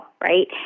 Right